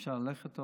שאפשר ללכת עוד.